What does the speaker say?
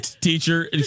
Teacher